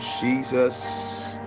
jesus